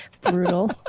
Brutal